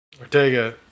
Ortega